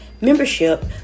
membership